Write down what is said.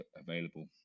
available